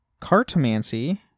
cartomancy